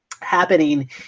happening